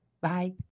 Bye